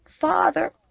Father